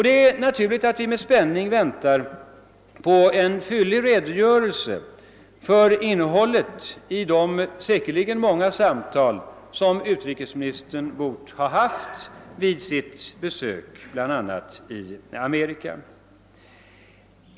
Det är naturligt att vi med spänning väntar på en fyllig redogörelse för innehållet i de säkerligen många samtal som utrikesministern borde ha haft vid sitt besök bl.a. i Amerika.